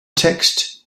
text